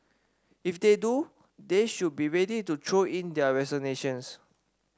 if they do they should be ready to throw in their resignations